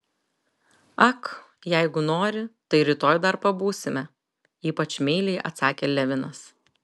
ak jeigu nori tai rytoj dar pabūsime ypač meiliai atsakė levinas